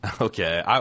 Okay